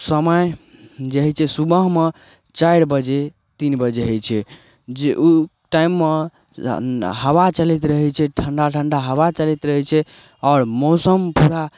समय जे होइ छै सुबहमे चारि बजे तीन बजे होइ छै जे ओ टाइममे हवा चलैत रहै छै ठंडा ठंडा हवा चलैत रहै छै आओर मौसम थोड़ा